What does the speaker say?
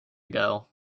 ago